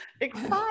Exciting